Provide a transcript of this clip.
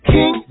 King